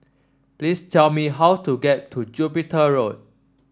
please tell me how to get to Jupiter Road